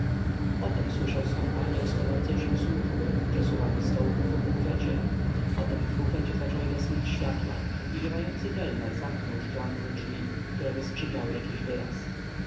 potem słyszał stąpanie rozchodzącej się służby przesuwanie stołków w bufecie potem w bufecie zaczęły gasnąć światła i ziewający kelner zamknął szklanne drzwi które wyskrzypiały jakiś wyraz